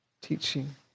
teaching